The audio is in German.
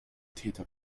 täter